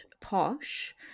posh